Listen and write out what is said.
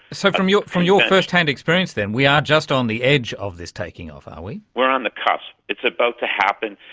so from your from your first-hand experience then, we are just on the edge of this taking off, are ah we? where on the cusp, it's about to happen.